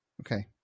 Okay